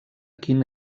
quin